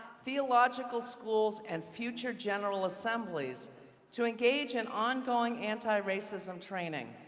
theological schools, and future general assemblies to engage in ongoing anti-racism training,